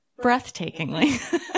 breathtakingly